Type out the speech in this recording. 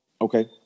Okay